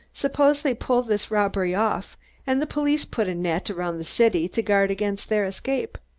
suppose they pull this robbery off and the police put a net around the city to guard against their escape.